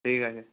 ঠিক আছে